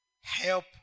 help